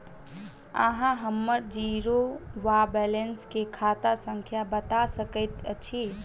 अहाँ हम्मर जीरो वा बैलेंस केँ खाता संख्या बता सकैत छी?